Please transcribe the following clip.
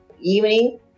evening